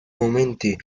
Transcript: momenti